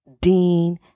Dean